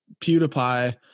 pewdiepie